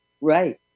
right